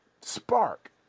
spark